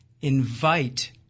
invite